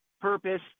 purpose